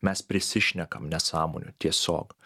mes prisišnekam nesąmonių tiesiog